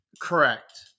Correct